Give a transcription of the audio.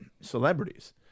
celebrities